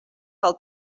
del